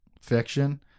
fiction